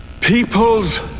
Peoples